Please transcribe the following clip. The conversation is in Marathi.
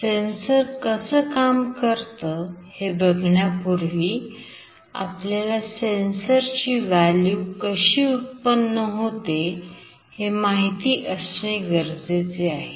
सेन्सर कसं काम करता हे बघण्या पूर्वी आपल्याला सेन्सर चि value कशी उत्पन्न होते हे माहिती असणे गरजेचे आहे